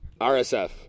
RSF